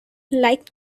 like